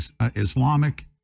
Islamic